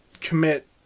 commit